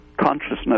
consciousness